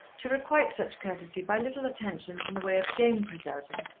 to requite such courtesy by little attentions in the way of game preserving.